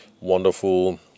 wonderful